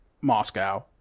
Moscow